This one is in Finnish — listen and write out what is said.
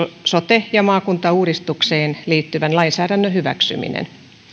sote ja maakuntauudistukseen liittyvän lainsäädännön hyväksyminen